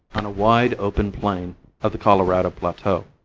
on a wide, open plain of the colorado plateau.